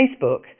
Facebook